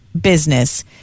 business